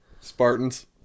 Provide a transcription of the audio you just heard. Spartans